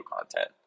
content